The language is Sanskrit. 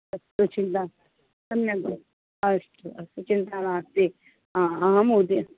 तत्तु चिन्ता सम्यक् भव् अस्तु अस्तु चिन्ता नास्ति हा हा महोदय